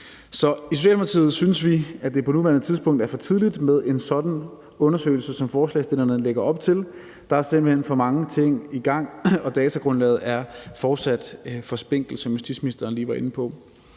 Så i Socialdemokratiet synes vi, at det på nuværende tidspunkt er for tidligt med en sådan undersøgelse, som forslagsstillerne lægger op til. Der er simpelt hen for mange ting i gang, og datagrundlaget er fortsat for spinkelt, som justitsministeren lige var inde på.